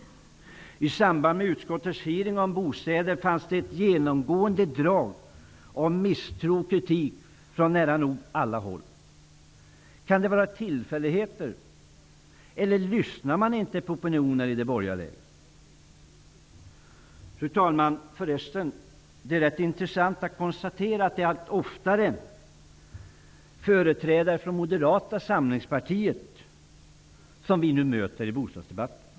Vid utskottets hearing om bostäder fanns det ett genomgående drag av misstro och kritik från nära nog alla håll. Kan det vara tillfälligheter, eller lyssnar man i det borgerliga lägret inte på opinioner? Fru talman! Det är förresten rätt intressant att konstatera att det numera allt oftare är företrädare för Moderata samlingspartiet som vi möter i bostadsdebatterna.